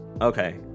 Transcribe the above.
okay